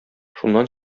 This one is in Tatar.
шуннан